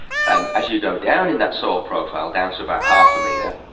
and as you go down in that soil profile, down to about half a metre,